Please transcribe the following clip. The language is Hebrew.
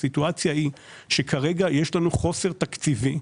הסיטואציה היא שכרגע יש לנו חוסר תקציבי,